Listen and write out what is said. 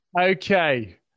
okay